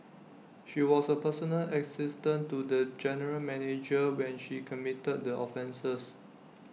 she was A personal assistant to the general manager when she committed the offences